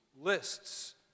Lists